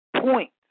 point